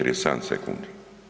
37 sekundi.